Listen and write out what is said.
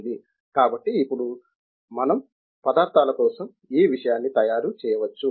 కాబట్టి ఇప్పుడు మనం పదార్థాల కోసం ఈ విషయాన్ని తయారు చేయవచ్చు